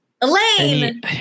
Elaine